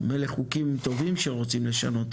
מילא חוקים טובים שרוצים לשנות,